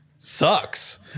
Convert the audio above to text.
sucks